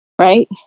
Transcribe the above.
right